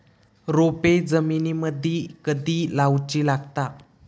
रोपे जमिनीमदि कधी लाऊची लागता?